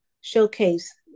showcase